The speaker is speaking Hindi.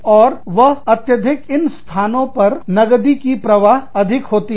और वह अत्यधिक इन स्थानों पर नदी की प्रवाह अधिक होती है